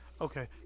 Okay